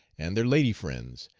and their lady friends,